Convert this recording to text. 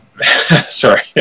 sorry